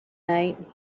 night